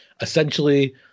Essentially